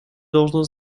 должно